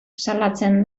salatzen